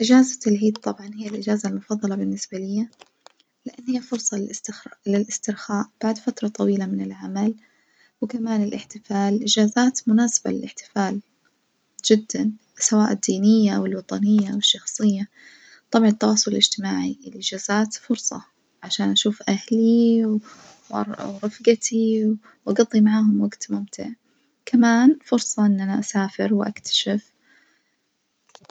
إجازة العيد طبعًا هي الإجازة المفضلة بالنسبة ليا، لإن هي فرصة للاستخر- للاسترخاء بعد فترة طويلة من العمل, وكمان الاحتفال، الإجازات مناسبة للاحتفال جدًا سواء الدينية أو الوطنية أو الشخصية، طبعًا التواصل الاجتماعي، الإجازات فرصة عشان أشوف أهلي وأر-ورفجتي وأجضي معاهم وجت ممتع, كمان فرصة إن أنا أسافر واكتشف.